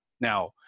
now